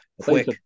Quick